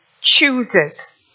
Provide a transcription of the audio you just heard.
chooses